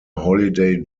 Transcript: holiday